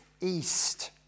east